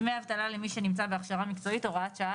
דמי אבטלה למי שנמצא בהכשרה מקצועית) (הוראת שעה),